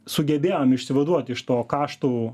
sugebėjom išsivaduoti iš to kaštų